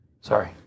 Sorry